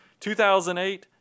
2008